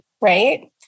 right